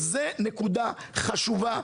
זאת נקודה חשובה,